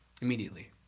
immediately